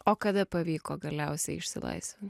o kada pavyko galiausiai išsilaisvint